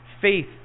Faith